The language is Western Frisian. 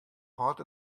hâld